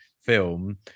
film